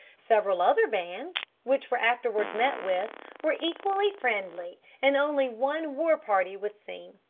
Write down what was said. several other bands which were afterwards met with were equally friendly, and only one war-party was seen.